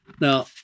Now